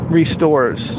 restores